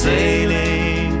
Sailing